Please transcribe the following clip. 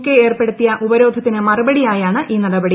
K ഏർപ്പെടുത്തിയ ഉപരോധത്തിന് മറുപടിയായാണ് ഈ നടപടി